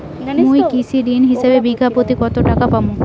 মুই কৃষি ঋণ হিসাবে বিঘা প্রতি কতো টাকা পাম?